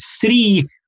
three